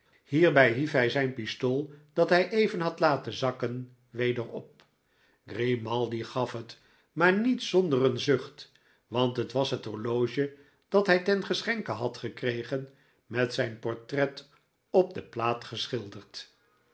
hierbij hief hij zijn pistool dat hij even had laten zakken weder op grimaldi gaf het maar niet zonder een zucht want het was het horloge dat hij ten geschenke had gekregen met zijn portret op de plaat geschilderd